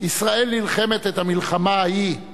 ישראל נלחמת את המלחמה ההיא,